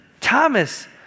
Thomas